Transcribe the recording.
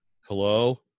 Hello